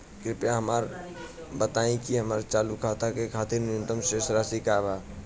कृपया हमरा बताइ कि हमार चालू खाता के खातिर न्यूनतम शेष राशि का बा